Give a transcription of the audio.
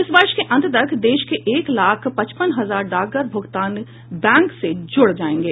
इस वर्ष के अंत तक देश के एक लाख पचपन हजार डाकघर भुगतान बैंक से जुड़ जाएंगे